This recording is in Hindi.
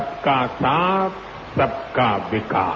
सबका साथ सबका विकास